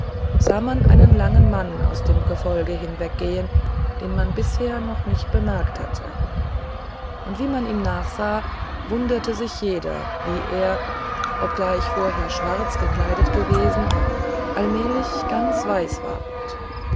sah man einen langen mann aus dem gefolge hinweggehen den man bisher nicht bemerkt hatte und wie man ihm nachsah wunderte sich jeder wie er obgleich vorher schwarz gekleidet gewesen allmählich ganz weiß ward